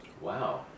Wow